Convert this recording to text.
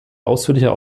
ausführliche